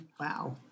Wow